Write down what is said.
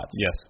Yes